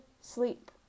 sleep